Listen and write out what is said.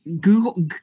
Google